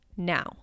Now